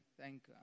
thank